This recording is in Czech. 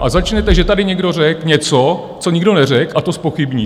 A začnete, že tady někdo řekl něco, co nikdo neřekl, a to zpochybníte.